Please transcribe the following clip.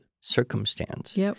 circumstance